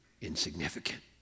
Insignificant